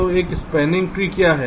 तो एक spanning tree क्या है